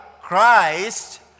Christ